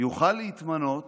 יוכל להתמנות